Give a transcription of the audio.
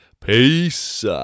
Peace